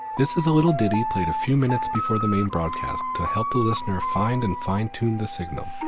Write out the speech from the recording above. this is a little ditty played few minutes before the main broadcast to help the listener find and fine tune the signal.